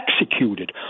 executed